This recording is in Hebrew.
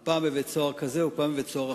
פעם בבית-סוהר זה או פעם בבית-סוהר אחר.